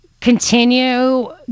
continue